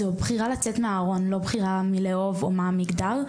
זוהי בחירה לצאת מהארון; לא בחירה של מי לאהוב או מהו המגדר.